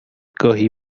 گاهی